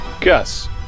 Gus